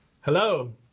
Hello